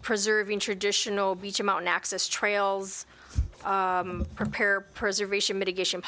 preserving traditional beach or mountain access trails prepare preservation mitigation